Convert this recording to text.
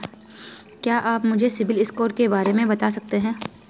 क्या आप मुझे सिबिल स्कोर के बारे में बता सकते हैं?